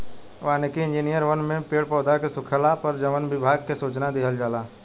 वानिकी इंजिनियर वन में पेड़ पौधा के सुखला पर वन विभाग के सूचना दिहल जाला